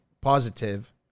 positive